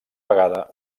vegada